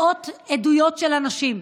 מאות עדויות של אנשים,